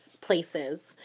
places